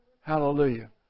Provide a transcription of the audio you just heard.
Hallelujah